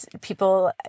people